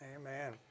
Amen